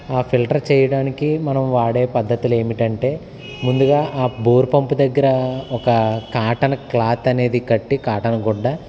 filter చేయడానికి మనం వాడే పద్ధతులు ఏమిటంటే ముందుగా ఆ బోర్ పంపు దగ్గర ఒకా కాటన్ క్లాత్ అనేది కట్టి కాటన్ గుడ్డ